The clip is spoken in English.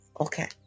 Okay